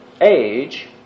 age